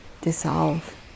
dissolve